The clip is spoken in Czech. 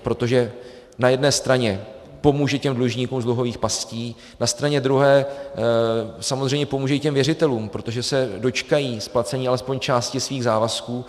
Protože na jedné straně pomůže dlužníkům z dluhových pastí, na straně druhé samozřejmě pomůže i těm věřitelům, protože se dočkají splacení alespoň části svých závazků.